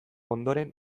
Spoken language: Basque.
ondoren